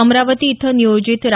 अमरावती इथं नियोजित रा